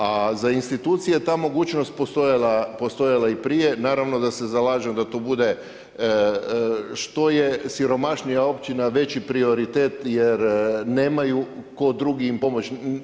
A za institucije je ta mogućnost postojala i prije, naravno da se zalažem da to bude što je siromašnija općina veći prioritet jer nema im tko drugi pomoć.